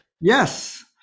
Yes